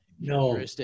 No